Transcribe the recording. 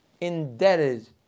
indebted